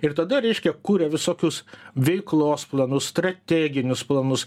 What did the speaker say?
ir tada reiškia kuria visokius veiklos planus strateginius planus